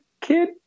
Kid